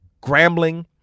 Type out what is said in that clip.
Grambling